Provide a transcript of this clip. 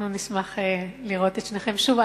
אנחנו נשמח לראות את שניכם שוב.